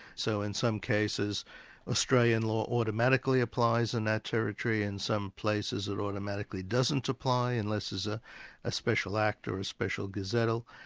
so in some cases australian law automatically applies in that territory, in some places it automatically doesn't apply unless there's ah a special act or a special gazettal.